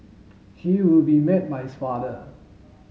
he will be met by his father